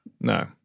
No